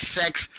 sex